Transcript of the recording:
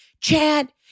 Chad